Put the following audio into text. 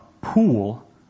pool